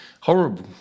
Horrible